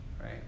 right